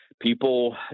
People